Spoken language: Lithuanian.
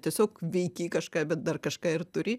tiesiog veikei kažką bet dar kažką ir turi